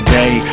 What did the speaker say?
day